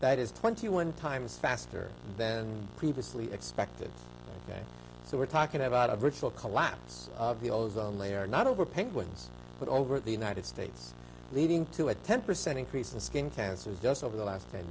that is twenty one dollars times faster than previously expected so we're talking about a virtual collapse of the ozone layer not over penguins but over the united states leading to a ten percent increase the skin cancers just over the last ten